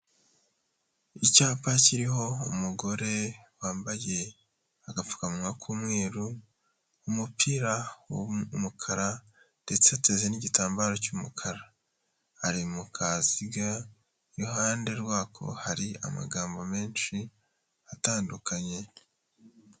Icyapa kiriho umugore wambaye agapfukawa k'umweru, umupira w'umukara ndetse ateze n'igitambaro cy'umukara, ari mu kaziga, iruhande rwako hari amagambo menshi atandukanye.